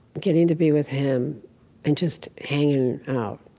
getting to be with him and just hanging out